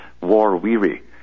war-weary